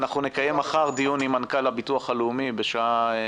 אנחנו נקיים מחר דיון עם מנכ"ל הביטוח הלאומי בשעה